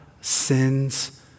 sins